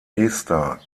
ester